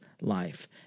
life